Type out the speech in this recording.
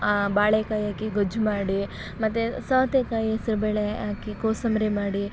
ಆ ಬಾಳೆಕಾಯಿ ಹಾಕಿ ಗೊಜ್ಜು ಮಾಡಿ ಮತ್ತು ಸೌತೆಕಾಯಿ ಹೆಸ್ರು ಬೇಳೆ ಹಾಕಿ ಕೋಸಂಬರಿ ಮಾಡಿ